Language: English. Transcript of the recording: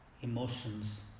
emotions